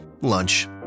Lunch